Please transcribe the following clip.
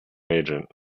agent